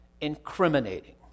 incriminating